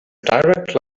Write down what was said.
direct